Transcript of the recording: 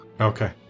Okay